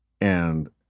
and-